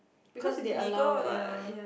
because they allow ya